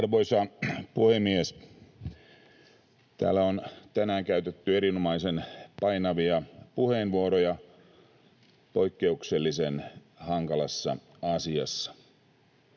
Arvoisa puhemies! Täällä on tänään käytetty erinomaisen painavia puheenvuoroja poikkeuksellisen hankalassa asiassa.